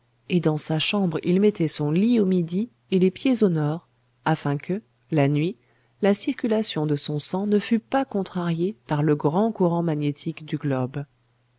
et dans sa chambre il mettait son lit au midi et les pieds au nord afin que la nuit la circulation de son sang ne fût pas contrariée par le grand courant magnétique du globe